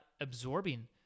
absorbing